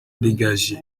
dégagée